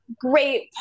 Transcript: great